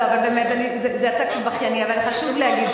לא, באמת זה יצא קצת בכייני, אבל חשוב להגיד,